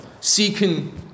seeking